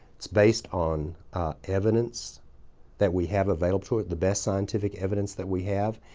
it's based on evidence that we have available, the best scientific evidence that we have.